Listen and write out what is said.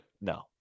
No